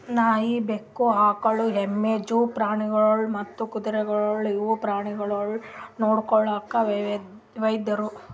ನಾಯಿ, ಬೆಕ್ಕ, ಆಕುಳ, ಎಮ್ಮಿ, ಜೂ ಪ್ರಾಣಿಗೊಳ್ ಮತ್ತ್ ಕುದುರೆಗೊಳ್ ಇವು ಪ್ರಾಣಿಗೊಳಿಗ್ ನೊಡ್ಕೊಳೋ ವೈದ್ಯರು